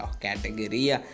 category